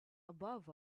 above